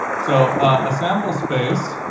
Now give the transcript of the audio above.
so a sample space